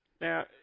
Now